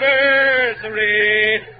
anniversary